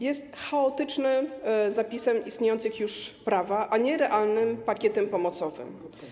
Jest chaotycznym zapisem istniejącego już prawa, a nie realnym pakietem pomocowym.